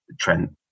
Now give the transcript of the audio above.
Trent